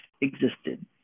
existed